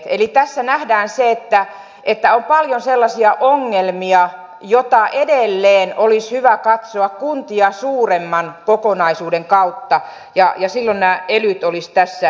eli tässä nähdään se että on paljon sellaisia ongelmia joita edelleen olisi hyvä katsoa kuntia suuremman kokonaisuuden kautta ja silloin nämä elyt olisivat tässä hyvät